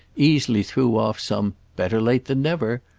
easily threw off some better late than never!